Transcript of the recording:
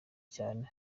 cyane